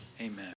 Amen